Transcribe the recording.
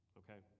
okay